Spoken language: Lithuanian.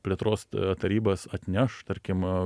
plėtros tarybas atneš tarkim